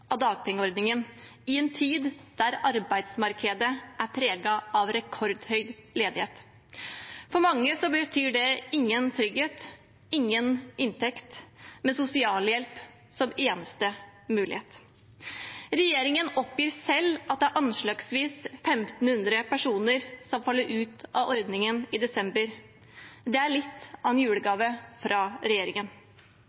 av dagpengeordningen, i en tid da arbeidsmarkedet er preget av rekordhøy ledighet. For mange betyr det ingen trygghet, ingen inntekt, med sosialhjelp som eneste mulighet. Regjeringen oppgir selv at det er anslagsvis 1 500 personer som faller ut av ordningen i desember. Det er litt